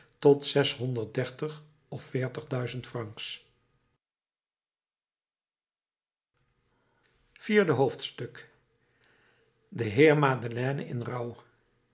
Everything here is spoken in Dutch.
tot zeshonderd dertig of veertig duizend francs vierde hoofdstuk de heer madeleine in